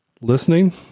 listening